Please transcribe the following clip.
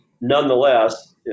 Nonetheless